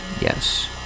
Yes